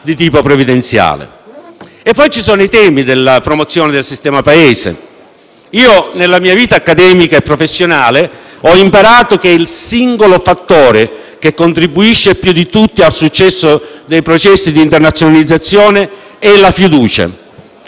di tipo previdenziale. Ci sono poi i temi della promozione del sistema Paese. Nella mia vita accademica e professionale ho imparato che il singolo fattore che contribuisce più di tutti al successo dei processi di internazionalizzazione è la fiducia.